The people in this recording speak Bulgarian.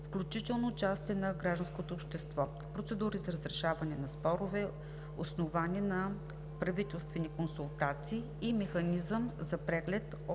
включително участие на гражданското общество; процедури за разрешаване на спорове, основани на правителствени консултации, и механизъм за преглед от независима